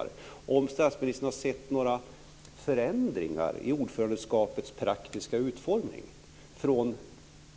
Då vore det intressant att fråga om statsministern har sett några förändringar i ordförandeskapets praktiska utformning från